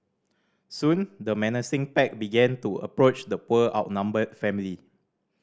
soon the menacing pack began to approach the poor outnumbered family